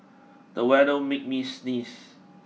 the weather made me sneeze